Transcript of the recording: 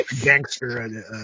gangster